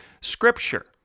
Scripture